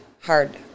Hard